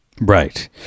Right